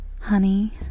honey